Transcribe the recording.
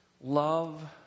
love